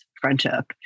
friendship